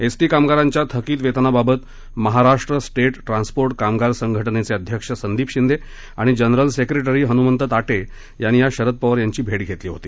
ST कामगारांच्या थकित वेतनाबाबत महाराष्ट्र स्टेट ट्रान्सपोर्ट कामगार संघटनेचे अध्यक्ष संदीप शिंदे आणि जनरल सेक्रेटरी हनुमंत ताटे यांनी आज शरद पवार यांची भेट घेतली होती